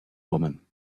woman